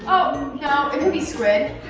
no, it could be squid.